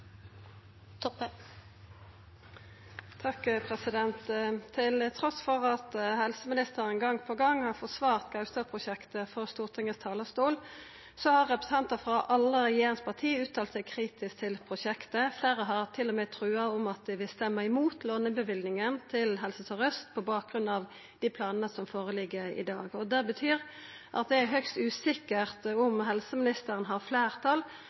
at helseministeren gong på gong har forsvart Gaustad-prosjektet frå Stortingets talarstol, har representantar frå alle regjeringspartia uttalt seg kritisk til prosjektet. Fleire har til og med trua med at dei vil stemma imot lånetilsagnet til Helse Sør-Aust på bakgrunn av dei planane som ligg føre i dag. Det betyr at det er høgst usikkert om helseministeren har